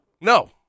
No